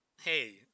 hey